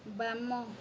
ବାମ